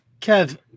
Kev